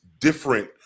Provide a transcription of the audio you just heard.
different